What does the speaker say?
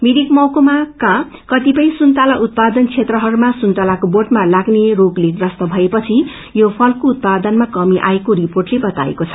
मिरिक महकुमाका कतिपय सुन्तला उत्पादन क्षेत्रहरूमा सुन्तलाको बोटमा लाग्ने रोगले प्रस्त भएपछि यो लको उत्पादनमा कमी आएको रिपोटले बताएको छ